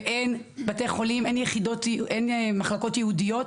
ואין מחלקות ייעודיות.